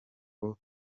ngo